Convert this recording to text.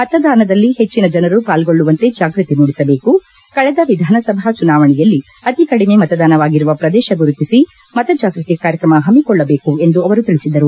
ಮತದಾನದಲ್ಲಿ ಹೆಚ್ಚನ ಜನರು ಪಾಲ್ಗೊಳ್ಳುವಂತೆ ಜಾಗೃತಿ ಮೂಡಿಸಬೇಕು ಕಳೆದ ವಿಧಾನಸಭಾ ಚುನವಾಣೆಯಲ್ಲಿ ಅತಿ ಕಡಿಮೆ ಮತದಾನವಾಗಿರುವ ಪ್ರದೇಶ ಗುರಿತಿಸಿ ಮತ ಜಾಗೃತಿ ಕಾರ್ಯಕ್ರಮ ಹಮ್ಮಿಕೊಳ್ಳಬೇಕು ಎಂದು ಅವರು ತಿಳಿಸಿದರು